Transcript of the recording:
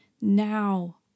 now